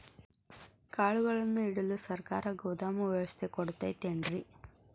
ಕಾಳುಗಳನ್ನುಇಡಲು ಸರಕಾರ ಗೋದಾಮು ವ್ಯವಸ್ಥೆ ಕೊಡತೈತೇನ್ರಿ?